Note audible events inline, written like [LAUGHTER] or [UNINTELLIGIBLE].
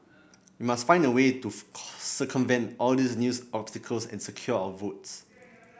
we must find a way to [UNINTELLIGIBLE] circumvent all these news obstacles and secure our votes